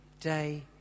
day